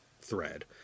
thread